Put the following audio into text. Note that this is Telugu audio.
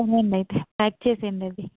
సరే అండి అయితే ప్యాక్ చేయండి అది